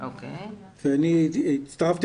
אני הצטרפתי